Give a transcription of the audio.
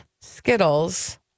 Skittles